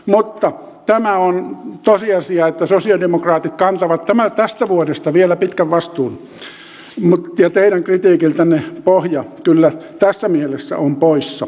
mutta tämä on tosiasia että sosialidemokraatit kantavat tästä vuodesta vielä pitkän vastuun ja teidän kritiikiltänne pohja kyllä tässä mielessä on poissa